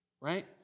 Right